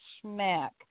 smack